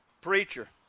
preacher